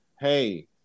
hey